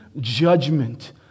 judgment